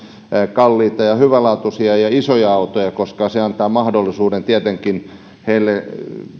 kalliita ja hyvälaatuisia ja isoja autoja koska se antaa mahdollisuuden tietenkin heille